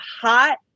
hot